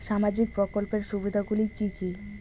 সামাজিক প্রকল্পের সুবিধাগুলি কি কি?